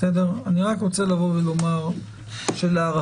אני רק רוצה לבוא ולומר שלהערכתי